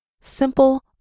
simple